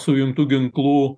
sujungtų ginklų